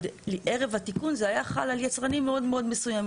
ערב התיקון זה היה חל על יצרנים מאוד מסוימים.